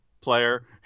player